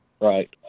Right